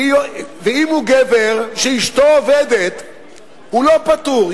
ואם הוא גבר שאשתו עובדת הוא לא פטור.